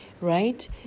right